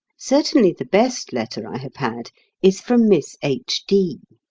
certainly the best letter i have had is from miss h. d.